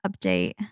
update